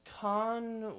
con